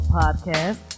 podcast